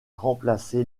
remplacé